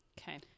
okay